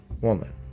woman